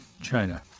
China